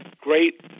great